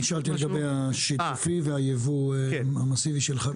אני שאלתי לגבי השיתופי ולגבי היבוא המאסיבי של חלק ממוצרי החקלאות.